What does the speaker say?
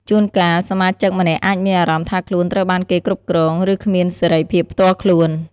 ជួនកាល សមាជិកម្នាក់អាចមានអារម្មណ៍ថាខ្លួនត្រូវបានគេគ្រប់គ្រង ឬគ្មានសេរីភាពផ្ទាល់ខ្លួន។